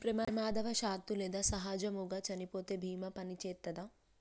ప్రమాదవశాత్తు లేదా సహజముగా చనిపోతే బీమా పనిచేత్తదా?